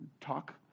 talk